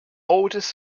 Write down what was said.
oldest